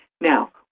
Now